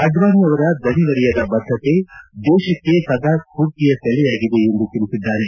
ಅಡ್ವಾಣಿ ಅವರ ದಣಿವರಿಯದ ಬದ್ದತೆ ದೇಶಕ್ಕೆ ಸದಾ ಸ್ಪೂರ್ತಿಯ ಸೆಲೆಯಾಗಿದೆ ಎಂದು ತಿಳಿಸಿದ್ದಾರೆ